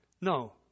No